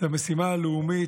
זאת משימה לאומית.